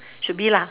should be lah